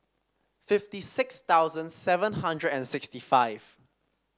fifty six thousand seven hundred and sixty five